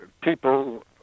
people